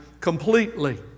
completely